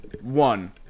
One